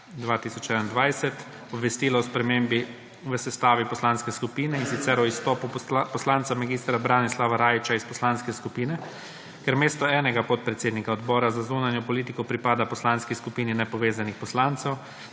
2021 obvestila o spremembi v sestavi poslanske skupine, in sicer o izstopu poslanca mag. Branislava Rajića iz poslanske skupine. Ker mesto enega podpredsednika odbora za zunanjo politiko pripada Poslanski skupini nepovezanih poslancev,